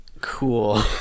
cool